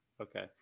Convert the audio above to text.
Okay